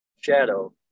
shadow